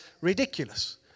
ridiculous